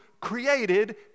created